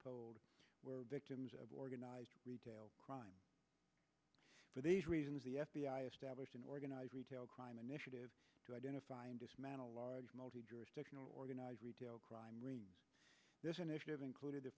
polled were victims of organized retail crime for these reasons the f b i established an organized retail crime initiative to identify and dismantle large multi jurisdictional organized retail crime rates this initiative included the